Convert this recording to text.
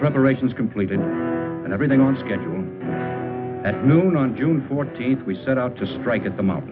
preparations completed and everything on schedule at noon on june fourteenth we set out to strike at the mouth